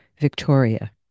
Victoria